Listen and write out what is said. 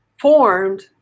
formed